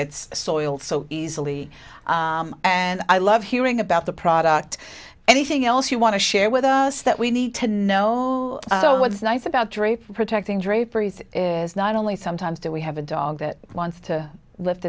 gets soiled so easily and i love hearing about the product anything else you want to share with us that we need to know what's nice about drape protecting draperies is not only sometimes do we have a dog that wants to lift